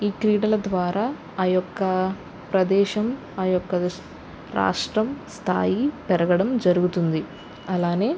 ఈ క్రీడల ద్వారా ఆ యొక్క ప్రదేశం ఆ యొక్క రాష్ట్రం స్థాయి పెరగడం జరుగుతుంది అలానే